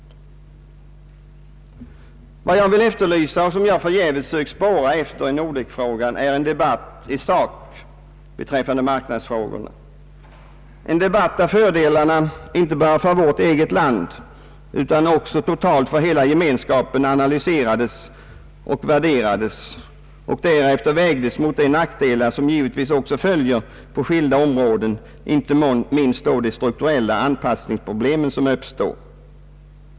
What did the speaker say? Vad jag vill efterlysa och som jag förgäves sökt spår efter i Nordekfrågan är en debatt i sak beträffande marknadsfrågorna — en debatt där fördelarna inte bara för vårt eget land utan också totalt för hela gemenskapen analyserades och värderades och därefter vägdes mot de nackdelar som givetvis också följer på skilda områden inte minst då de strukturella anpassningsproblemen uppstår.